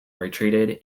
retreated